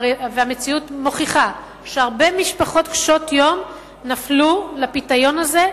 והמציאות מוכיחה שהרבה משפחות קשות-יום נפלו לפיתיון הזה,